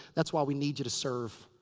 that's why we need you to serve.